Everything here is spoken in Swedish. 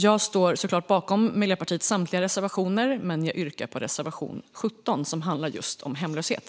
Jag står såklart bakom Miljöpartiets samtliga reservationer, men jag yrkar bifall till reservation 17, som handlar just om hemlöshet.